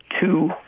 two